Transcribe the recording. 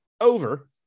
over